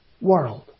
world